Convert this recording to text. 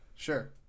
sure